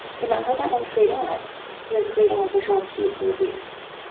remember that when creating lists, you're creating a visual cue for your readers.